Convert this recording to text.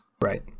Right